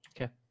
Okay